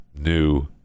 new